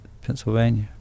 Pennsylvania